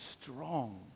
strong